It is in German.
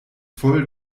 voll